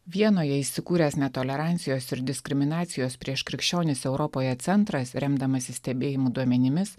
vienoje įsikūręs netolerancijos ir diskriminacijos prieš krikščionis europoje centras remdamasis stebėjimų duomenimis